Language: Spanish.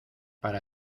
para